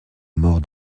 mort